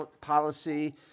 policy